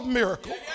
miracle